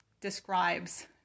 describes